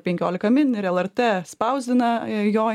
penkiolika min ir lrt spausdina jo